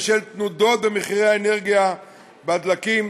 בשל תנודות במחירי האנרגיה והדלקים,